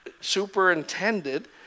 superintended